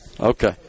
Okay